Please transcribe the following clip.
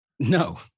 No